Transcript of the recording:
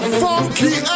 funky